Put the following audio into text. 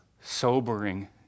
sobering